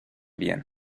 bien